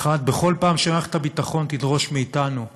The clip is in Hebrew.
האחד, בכל פעם שמערכת הביטחון תדרוש מאתנו גיבוי,